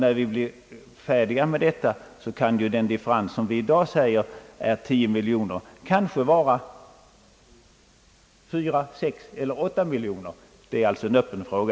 När vi blir färdiga med detta kan alltså den differens som vi i dag påstår vara 10 miljoner kronor vara 4 miljoner, 6 miljoner eller 8 miljoner kronor. Det är alltså en öppen fråga.